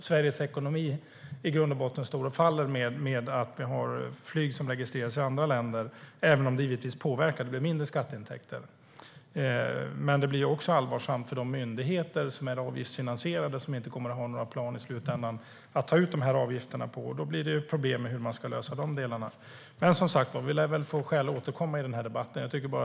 Sveriges ekonomi står kanske inte och faller med att vi har flyg som registreras i andra länder. Men det påverkar givetvis, då skatteintäkterna blir lägre. Det blir också allvarsamt för de avgiftsfinansierade myndigheter som i slutänden inte kommer att ha några plan att ta ut avgifterna av. Då blir det problem med att lösa de delarna. Vi lär som sagt få skäl att återkomma i den här frågan.